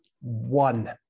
One